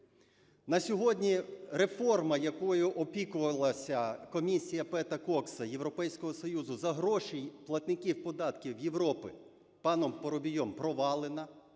На сьогодні реформа, якою опікувалася комісія Пета Кокса Європейського Союзу за гроші платників податків Європи, паном Парубієм провалена.